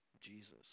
Jesus